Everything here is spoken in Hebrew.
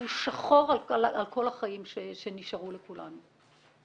שחור על כל החיים שנשארו לכולנו.